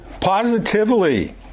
positively